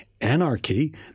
anarchy